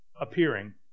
appearing